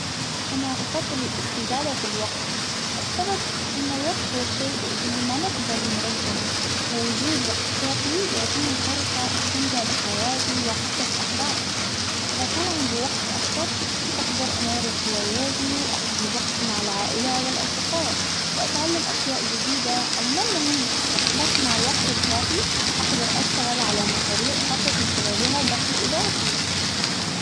أنا أفضل الإستزادة في الوقت، السبب إن الوقت هو الشيء اللي ما نقدر نرجعه، ووجود وقت كافي يعطيني فرصة أستمتع بحياتي وأحقق أهدافي، إذا كان عندي وقت أكثر أقدر أمارس هواياتي وأقضي وقت مع العائلة والأصدقاء، وأتعلم أشياء جديدة المال مهم بس مع الوقت الكافي أقدر أشتغل على مشاريع أحقق من خلالها دخل إضافي.